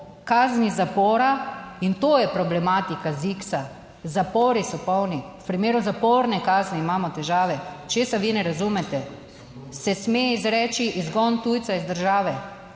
kazni zapora, in to je problematika ZIKS-a; zapori so polni. V primeru zaporne kazni imamo težave, česa vi ne razumete? Se sme izreči izgon tujca iz države,